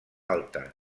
alta